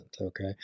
Okay